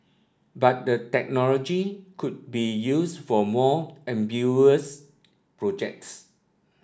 but the technology could be used for more ambitious projects